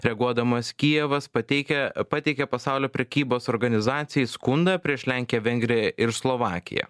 reaguodamas kijevas pateikia pateikia pasaulio prekybos organizacijai skundą prieš lenkiją vengriją ir slovakiją